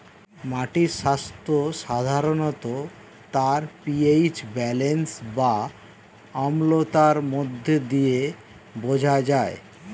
মাটির স্বাস্থ্য সাধারণত তার পি.এইচ ব্যালেন্স বা অম্লতার মধ্য দিয়ে বোঝা যায়